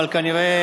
אבל כנראה,